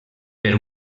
per